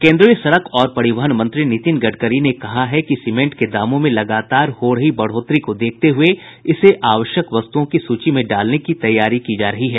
केंद्रीय सड़क और परिवहन मंत्री नितिन गडकरी ने कहा है कि सीमेंट के दामों में लगातार हो रही बढ़ोतरी को देखते हुये इसे आवश्यक वस्तुओं की सूची में डालने की तैयारी की जा रही है